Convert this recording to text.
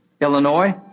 Illinois